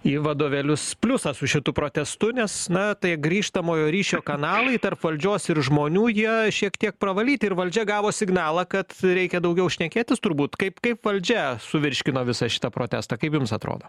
į vadovėlius pliusą su šituo protestu nes na tai grįžtamojo ryšio kanalai tarp valdžios ir žmonių jie šiek tiek pravalyti ir valdžia gavo signalą kad reikia daugiau šnekėtis turbūt kaip kaip valdžia suvirškino visą šitą protestą kaip jums atrodo